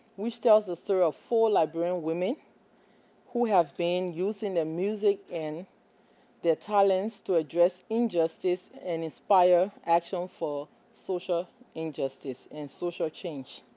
which tells the story of four liberian women who have been using their music and their talents to address injustice and inspire action for social ah injustice and social change